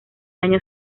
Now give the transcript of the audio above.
año